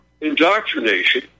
indoctrination